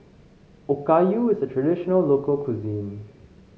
Okayu is a traditional local cuisine